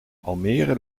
almere